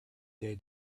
day